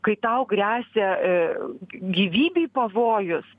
kai tau gresia gyvybei pavojus